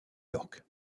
york